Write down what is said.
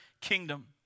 kingdom